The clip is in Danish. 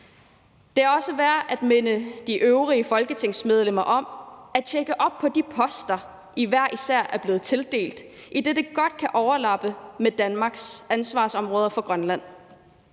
Det er også værd at minde de øvrige folketingsmedlemmer om at tjekke op på de poster, de hver især er blevet tildelt, idet de godt kan overlappe med Danmarks ansvarsområder for Grønland.